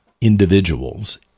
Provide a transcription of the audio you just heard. individuals